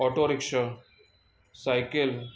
auto rickshaw cycle